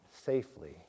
safely